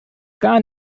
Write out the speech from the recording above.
gar